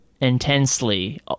intensely